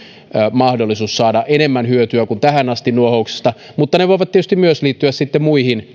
mahdollisuus saada enemmän hyötyä nuohouksesta kuin tähän asti mutta ne voivat tietysti myös liittyä muihin